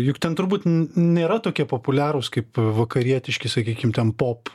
juk ten turbūt nėra tokie populiarūs kaip vakarietiški sakykim ten pop